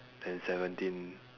then seventeen